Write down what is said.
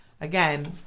Again